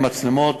מצלמות,